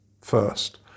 first